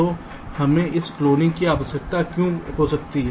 तो हमें इस क्लोनिंग की आवश्यकता क्यों हो सकती है